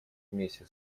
вместе